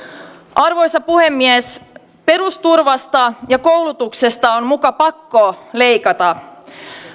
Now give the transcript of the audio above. arvoisa puhemies perusturvasta ja koulutuksesta on muka pakko leikata